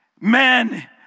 Men